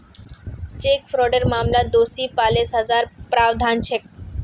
cheque फ्रॉडेर मामलात दोषी पा ल सजार प्रावधान छेक